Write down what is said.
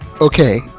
Okay